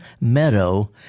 meadow